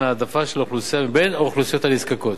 העדפה של אוכלוסייה בין האוכלוסיות הנזקקות.